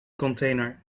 container